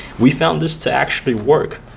we found this to actually work.